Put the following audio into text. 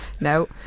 No